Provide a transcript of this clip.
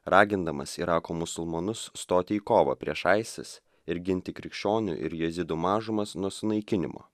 ragindamas irako musulmonus stoti į kovą prieš isis ir ginti krikščionių ir jėzidų mažumas nuo sunaikinimo